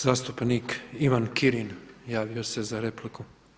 Zastupnik Ivan Kirin javio se za repliku.